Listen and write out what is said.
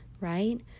right